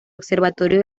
observatorio